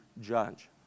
judge